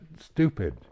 stupid